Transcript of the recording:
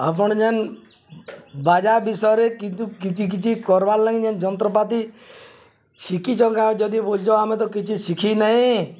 ଆପଣ ଯେନ୍ ବାଜା ବିଷୟରେ କିନ୍ତୁ କିଛି କିଛି କର୍ବାର ଲହିଁ ଯେନ୍ ଯନ୍ତ୍ରପାତି ଶିଖିଚ ଯଦି ବୁଚ ଆମେ ତ କିଛି ଶିଖି ନାହିଁ